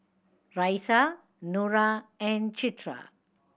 Raisya Nura and Citra